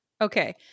Okay